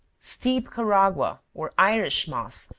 steep carragua, or irish moss,